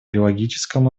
биологическом